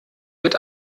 wird